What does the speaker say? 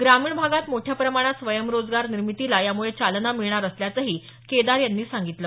ग्रामीण भागात मोठ्या प्रमाणात स्वयंरोजगार निर्मितीला यामुळे चालना मिळणार असल्याचही केदार यांनी सांगितलं